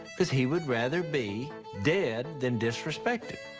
cause he would rather be dead than disrespected.